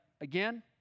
again